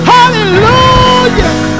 Hallelujah